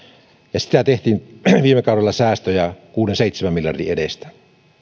ja sittenhän viime kaudella tehtiin säästöjä kuuden viiva seitsemän miljardin edestä